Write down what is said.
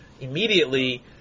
immediately